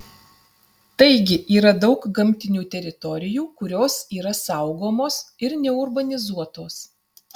taigi yra daug gamtinių teritorijų kurios yra saugomos ir neurbanizuotos